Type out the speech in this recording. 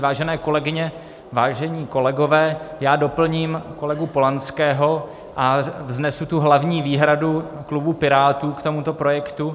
Vážené kolegyně, vážení kolegové, doplním kolegu Polanského a vznesu tu hlavní výhradu klubu Pirátů k tomuto projektu.